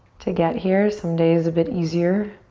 to get here. some days a bit easier.